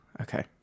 okay